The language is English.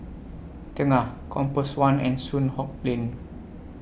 Tengah Compass one and Soon Hock Lane